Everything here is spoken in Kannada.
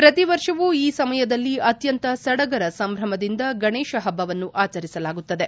ಪ್ರತಿ ವರ್ಷವು ಈ ಸಮಯದಲ್ಲಿ ಅತ್ಯಂತ ಸಡಗರ ಸಂಭ್ರಮದಿಂದ ಗಣೇಶ ಪಬ್ಲವನ್ನು ಆಚರಿಸಲಾಗುತ್ತದೆ